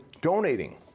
donating